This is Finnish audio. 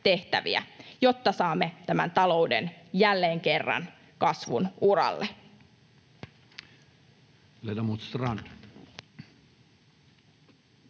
jotta saamme tämän talouden jälleen kerran kasvun uralle.